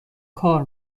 کار